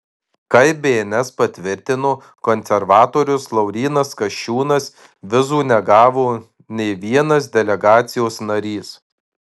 kaip bns patvirtino konservatorius laurynas kasčiūnas vizų negavo nė vienas delegacijos narys